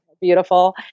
beautiful